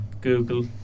Google